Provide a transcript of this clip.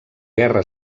guerra